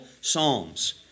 psalms